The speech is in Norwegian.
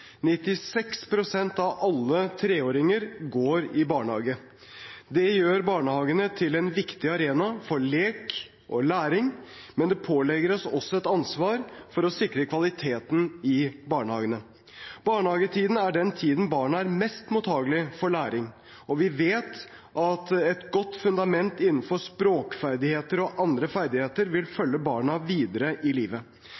for lek og læring, men det pålegger oss også et ansvar for å sikre kvaliteten i barnehagene. Barnehagetiden er den tiden barna er mest mottagelige for læring, og vi vet at et godt fundament innenfor språkferdigheter og andre ferdigheter vil